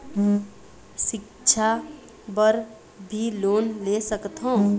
सिक्छा बर भी लोन ले सकथों?